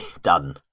done